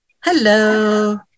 Hello